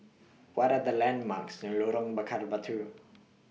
What Are The landmarks near Lorong Bakar Batu